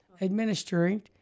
administering